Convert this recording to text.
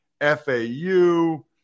FAU